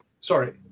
sorry